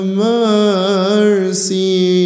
mercy